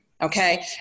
Okay